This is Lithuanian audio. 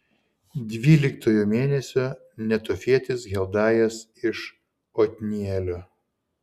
dvyliktojo mėnesio netofietis heldajas iš otnielio